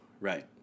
Right